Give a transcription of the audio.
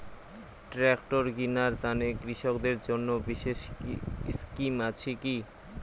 Tractor কিনার তানে কৃষকদের জন্য বিশেষ স্কিম আছি কি?